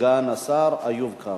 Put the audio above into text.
סגן השר איוב קרא.